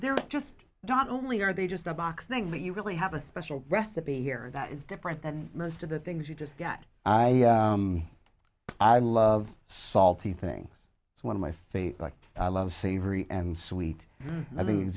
they're just not only are they just a box thing but you really have a special recipe here that is different than most of the things you just get i i love salty thing it's one of my fave i love savory and sweet and i mean